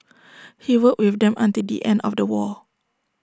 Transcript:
he worked with them until the end of the war